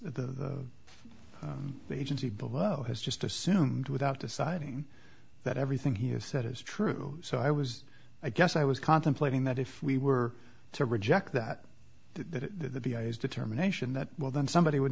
the agency below has just assumed without deciding that everything he has said is true so i was i guess i was contemplating that if we were to reject the determination that well then somebody would